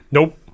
Nope